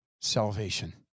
salvation